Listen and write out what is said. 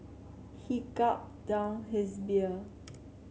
he gulped down his beer